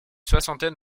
soixantaine